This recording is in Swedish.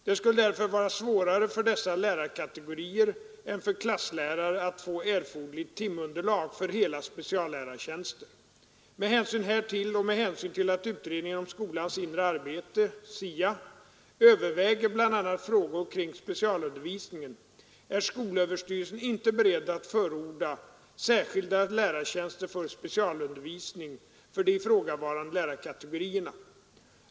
Det skulle därför vara svårare för dessa lärarkategorier än för klasslärare att få erforderligt timunderlag för hela speciallärartjänster. Med hänsyn härtill och med hänsyn till att utredningen om skolans inre arbete överväger bl.a. frågor kring specialundervisningen är skolöverstyrelsen inte beredd att förorda särskilda lärartjänster för specialundervisning för de ifrågavarande lärarkategorierna.